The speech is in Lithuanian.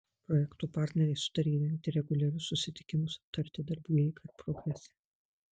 projekto partneriai sutarė rengti reguliarius susitikimus aptarti darbų eigą ir progresą